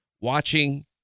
watching